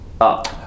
up